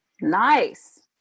nice